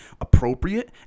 appropriate